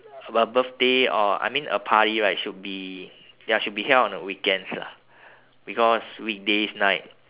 a a birthday or I mean a party right should be ya should be held on a weekends lah because weekdays night